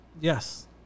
yes